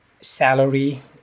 salary